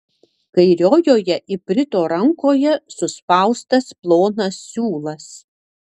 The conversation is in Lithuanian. kairiojoje iprito rankoje suspaustas plonas siūlas